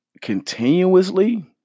continuously